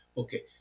okay